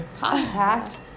contact